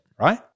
right